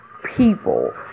people